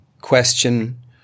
question